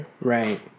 Right